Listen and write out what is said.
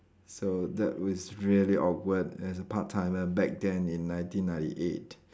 so that was really awkward as a part timer back then in nineteen ninety eight